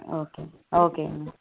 okay ஓகேங்க ma'am